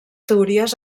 teories